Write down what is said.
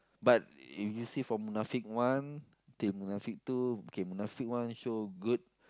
but if you see from Munafik one till Munafik two K Munafik one show good